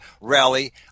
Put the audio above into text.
rally